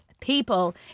people